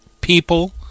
people